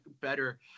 better